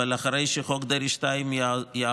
אחרי שחוק דרעי 2 יעבור,